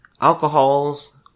Alcohol's